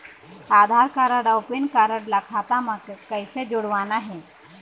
आधार card अऊ PAN card ला खाता म कइसे जोड़वाना हे?